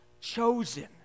chosen